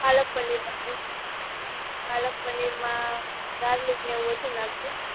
પાલક પનીર પાલક પનીરમાં ગાર્લિક ને એવું વધુ નાખજો